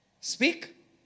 Speak